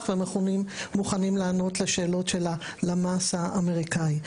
ומוכנים לענות לשאלות של הלמ"ס האמריקאי.